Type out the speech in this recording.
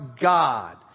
God